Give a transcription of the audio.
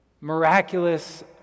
miraculous